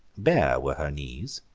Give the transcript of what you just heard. bare were her knees,